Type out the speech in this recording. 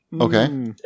Okay